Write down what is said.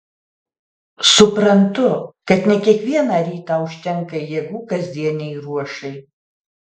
suprantu kad ne kiekvieną rytą užtenka jėgų kasdienei ruošai